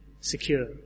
secure